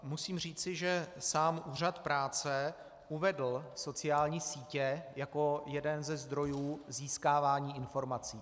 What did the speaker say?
Musím říci, že sám Úřad práce uvedl sociální sítě jako jeden ze zdrojů získávání informací.